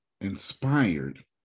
inspired